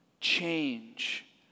change